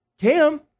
Cam